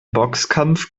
boxkampf